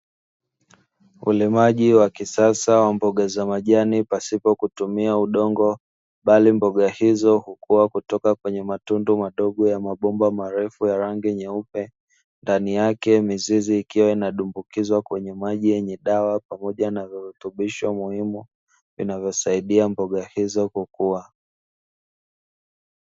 Ulimaji wa kisasa wa mboga za majani pasipo kutumia udongo, bali mboga hizo hukua kutoka kwenye matundu madogo ya mabomba marefu ya rangi nyeupe ndani yake mizizi ikiwa inadumbukizwa kwenye maji yenye dawa pamoja na virutubisho muhimu, vinavyosaidia mboga hizo kukua.